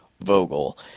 Vogel